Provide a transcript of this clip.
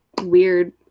weird